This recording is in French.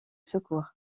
secours